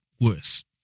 worse